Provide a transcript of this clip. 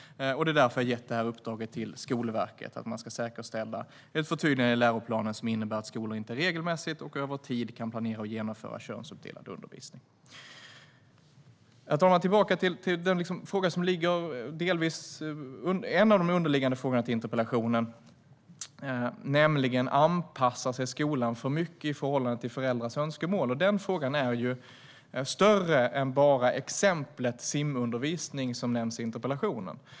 Jag har därför gett uppdraget till Skolverket att säkerställa ett förtydligande i läroplanen som innebär att skolor inte regelmässigt och över tid kan planera och genomföra könsuppdelad undervisning. Herr talman! För att gå tillbaka till en av interpellationens underliggande frågor, nämligen om skolan anpassar sig för mycket till föräldrars önskemål, är den frågan större än bara exemplet simundervisning, som nämndes i interpellationen.